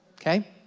okay